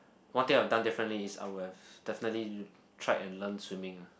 one thing I would have done differently is I would have definitely tried and learn swimming ah